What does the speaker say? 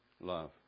love